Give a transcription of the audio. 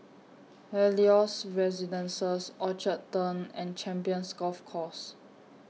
Helios Residences Orchard Turn and Champions Golf Course